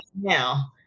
now